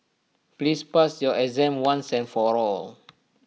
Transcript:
please pass your exam once and for all